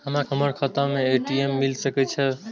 हमर खाता में ए.टी.एम मिल सके छै?